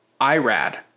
Irad